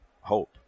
hope